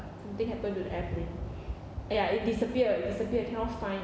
something happened to the airplane ya it disappear disappear cannot find